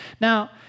Now